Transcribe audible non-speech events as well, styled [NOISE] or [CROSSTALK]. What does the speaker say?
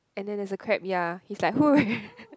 and then there's a crab ya he's like [NOISE]